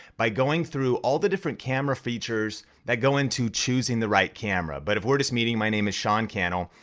by going through all the different camera features that go into choosing the right camera. but if we're just meeting my name is sean cannell,